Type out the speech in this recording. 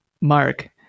mark